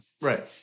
Right